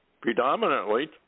predominantly